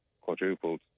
quadrupled